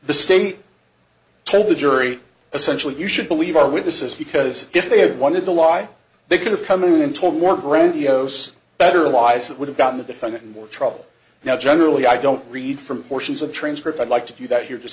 the state told the jury essentially you should believe are with this is because if they had wanted to lie they could have come in and told more grandiose better lies that would have gotten the defendant in more trouble now generally i don't read from portions of transcript i'd like to do that here just